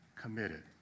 committed